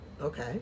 Okay